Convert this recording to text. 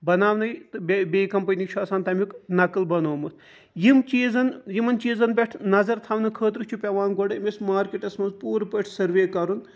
بَناونٕے تہٕ بیٚیہِ کَمپنی چھُ آسان تمیُک نَقٕل بَنومُت یِم چیٖزَن یِمَن چیٖزَن پیٹھ نَظَر تھاونہٕ خٲطرٕ چھُ پیٚوان گۄڈٕ أمس مارکیٚٹَس مَنٛز پوٗرٕ پٲٹھۍ سٔروے کَرُن